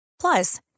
Plus